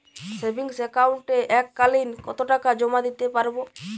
Savings একাউন্টে এক কালিন কতটাকা জমা দিতে পারব?